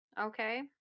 Okay